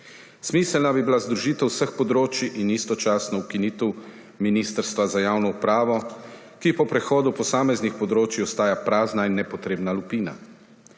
Smiselna bi bila združitev vseh področij in istočasno ukinitev Ministrstva za javno upravo, ki po prehodu posameznih področij ostaja prazna in nepotrebna lupina.